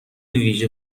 ویژه